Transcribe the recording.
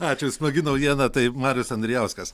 ačiū smagi naujiena tai marius andrijauskas